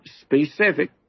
specific